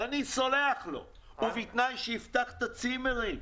אני סולח לו, ובתנאי שיפתח את הצימרים.